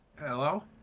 Hello